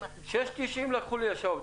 6.90 לקחו לי השבוע.